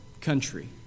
country